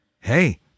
hey